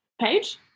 page